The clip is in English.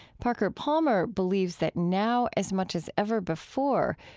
parker palmer believes that now as much as ever before,